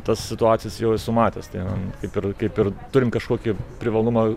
tas situacijas jau esu matęs ten kaip ir kaip ir turim kažkokį privalumą